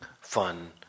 fun